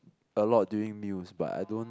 a lot during meals but I don't